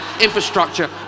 infrastructure